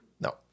No